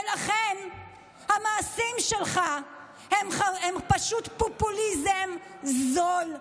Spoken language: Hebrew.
ולכן המעשים שלך הם פשוט פופוליזם זול,